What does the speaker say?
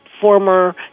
former